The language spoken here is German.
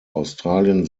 australien